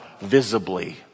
visibly